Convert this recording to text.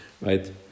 Right